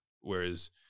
Whereas